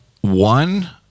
one